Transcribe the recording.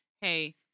hey